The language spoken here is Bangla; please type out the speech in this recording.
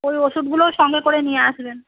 ওই ওষুধগুলোও সঙ্গে করে নিয়ে আসবেন